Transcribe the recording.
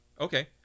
Okay